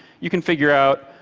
you can figure out,